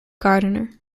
gardiner